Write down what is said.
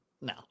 No